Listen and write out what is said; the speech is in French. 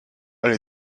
elle